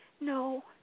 no